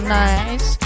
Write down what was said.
nice